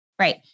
Right